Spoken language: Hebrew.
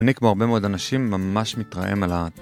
אני כמו הרבה מאוד אנשים ממש מתרעם עליו